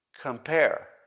Compare